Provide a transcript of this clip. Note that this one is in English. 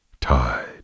tide